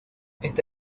esta